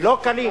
לא קלים.